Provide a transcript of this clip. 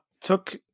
took